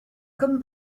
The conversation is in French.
comme